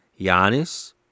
Giannis